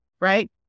right